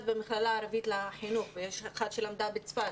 במכללה ערבית לחינוך ויש אחד שלמדה בצפת.